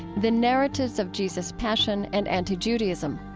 the narratives of jesus' passion and anti-judaism.